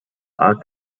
are